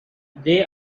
they